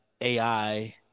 AI